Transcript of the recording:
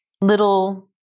little